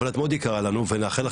אבל את מאוד יקרה לנו ונאחל לך